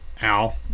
Al